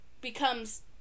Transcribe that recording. becomes